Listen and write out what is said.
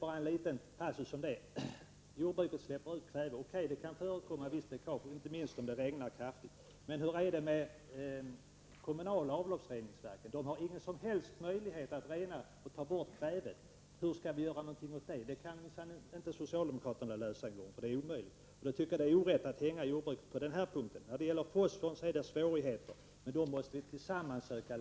Jordbruket, säger man, släpper ut kväve — O.K., det kan förekomma visst läckage, inte minst vid kraftigt regn. Men hur är det med de kommunala avloppsreningsverken? I det sammanhanget finns det ingen som helst möjlighet att rena kvävet, så att man slipper de negativa effekterna därvidlag. Vad skall man göra åt det? Inte ens socialdemokraterna kan lösa den frågan. Det är omöjligt att komma fram till en lösning. Därför är det inte rätt att så att säga hänga jordbrukarna för den sakens skull. Även när det gäller fosforn finns det svårigheter. Men de problemen måste vi försöka lösa tillsammans.